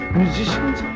musicians